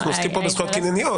אנחנו עוסקים פה בזכויות קנייניות.